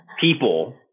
people